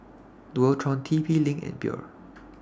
Dualtron T P LINK and Biore